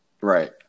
Right